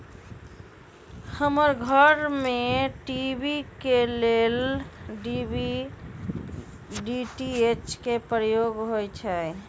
हमर घर में टी.वी के लेल डी.टी.एच के प्रयोग होइ छै